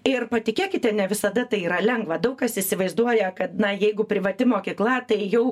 ir patikėkite ne visada tai yra lengva daug kas įsivaizduoja kad na jeigu privati mokykla tai jau